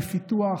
בפיתוח,